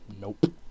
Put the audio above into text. Nope